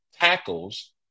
tackles